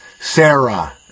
Sarah